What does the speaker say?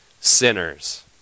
sinners